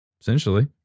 essentially